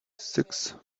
six